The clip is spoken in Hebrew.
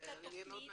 זה יהיה מאוד מעניין.